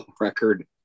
record